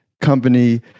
company